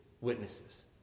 witnesses